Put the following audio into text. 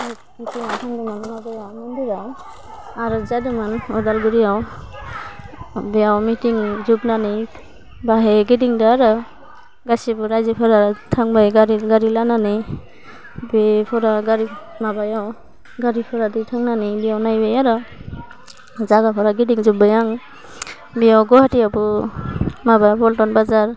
मिटिङाव थांदोंमोन माबायाव मन्दिराव आरज जादोंमोन अदालगुरियाव बेयाव मिटिं जोबनानै बाहाय गिदिंदो आरो गासिबो रायजोफोरा थांबाय गारि गारि लानानै बेफोरा गारि माबायाव गारिफोरा दैखांनानै बेयाव नायबाय आरो जागाफोरा गिदिंजोब्बाय आं बेयाव गुवाहाटीयावथ' माबा पलटन बाजार